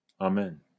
Amen